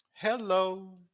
Hello